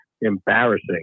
Embarrassing